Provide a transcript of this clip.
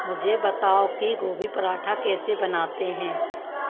मुझे बताओ कि गोभी परांठा कैसे बनाते हैं